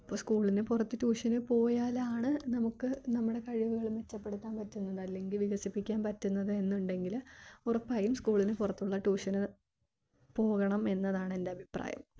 അപ്പോൾ സ്കൂളിനു പുറത്ത് ട്യൂഷൻ പോയാലാണ് നമുക്ക് നമ്മുടെ കഴിവുകൾ മെച്ചപ്പെടുത്താൻ പറ്റുന്നത് അല്ലെങ്കിൽ വികസിപ്പിക്കാൻ പറ്റുന്നത് എന്ന് ഉണ്ടെങ്കിൽ ഉറപ്പായും സ്കൂളിനു പുറത്തുള്ള ട്യൂഷനു പോകണം എന്നതാണ് എൻ്റെ അഭിപ്രായം